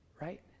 right